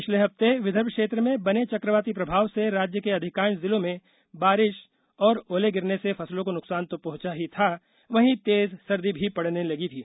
पिछले हफ़ते विदर्भ क्षेत्र में बने चकवाती प्रभाव से राज्य के अधिकांश जिलों में बारिश और ओले गिरने से फसलों को नुकसान तो पहुंचा ही था वहीं तेज सर्दी भी पड़ने लगी थी